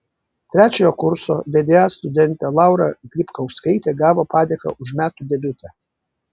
trečiojo kurso vda studentė laura grybkauskaitė gavo padėką už metų debiutą